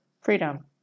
freedom